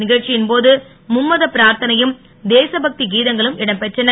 நீகழ்ச்சியின் போது ழும்மத பிராத்தனையும் தேசபக்தி கீதங்களும் இடம் பெற்றன